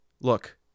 Look